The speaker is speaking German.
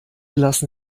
lassen